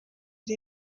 iri